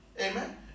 Amen